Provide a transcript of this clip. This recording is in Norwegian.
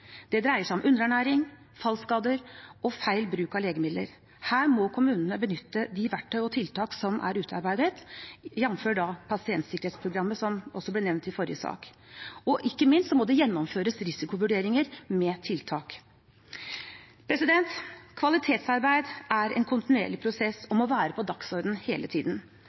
Det dreier seg om underernæring, fallskader og feil bruk av legemidler. Her må kommunene benytte de verktøy og tiltak som er utarbeidet, jf. pasientsikkerhetsprogrammet som også ble nevnt i forrige sak. Ikke minst må det gjennomføres risikovurderinger med tiltak. Kvalitetsarbeid er en kontinuerlig prosess og må være på dagsordenen hele tiden.